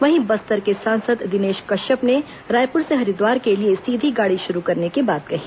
वहीं बस्तर के सांसद दिनेश कश्यप ने रायपुर से हरिद्वार के लिए सीधी गाड़ी शुरू करने की बात कही